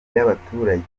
by’abaturage